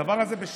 הדבר הזה יכול